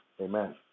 Amen